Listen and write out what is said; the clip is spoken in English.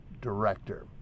director